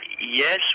yes